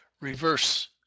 reverse